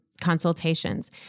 consultations